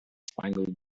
spangled